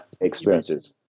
experiences